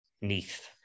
Neath